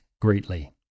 greatly